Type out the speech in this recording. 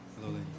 Hello